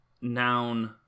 noun